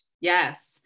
Yes